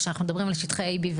כשאנחנו מדברים על שטחי A,B,